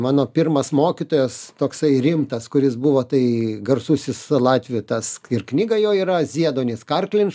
mano pirmas mokytojas toksai rimtas kuris buvo tai garsusis latvijoj tas ir knyga jo yra zieduonis karklinš